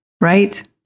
right